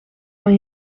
van